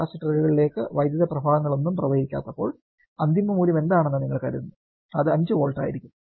കപ്പാസിറ്ററുകളിലേക്ക് വൈദ്യുത പ്രവാഹങ്ങളൊന്നും പ്രവഹിക്കാത്തപ്പോൾ അന്തിമ മൂല്യം എന്താണെന്നാണ് നിങ്ങൾ കരുതുന്നത് അത് 5 വോൾട്ട് ആയിരിക്കും